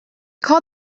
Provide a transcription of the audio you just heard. called